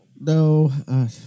No